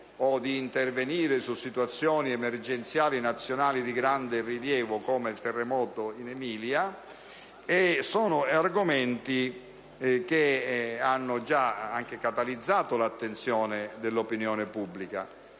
o di intervenire su situazioni emergenziali nazionali di grande rilievo (come il terremoto in Emilia), che hanno già catalizzato l'attenzione dell'opinione pubblica.